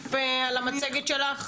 להוסיף על המצגת שלך?